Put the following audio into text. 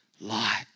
light